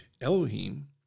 Elohim